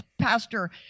pastor